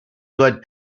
good